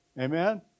Amen